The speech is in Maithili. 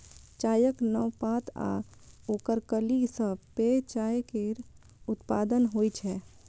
चायक नव पात आ ओकर कली सं पेय चाय केर उत्पादन होइ छै